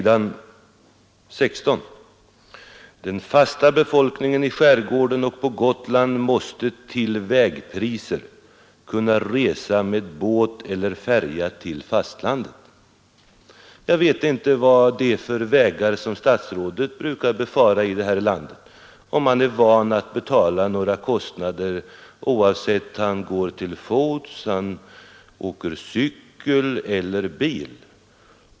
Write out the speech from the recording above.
Där står längst upp: ”Den fasta befolkningen i skärgården och på Gotland måste till vägpriser kunna resa med båt eller färja till fastlandet.” Jag vet inte vad det är för vägar som statsrådet brukar befara, om han är van att betala några kostnader oavsett om han går till fots, åker cykel eller kör bil.